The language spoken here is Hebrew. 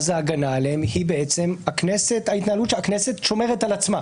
אז ההגנה עליהן היא הכנסת שומרת על עצמה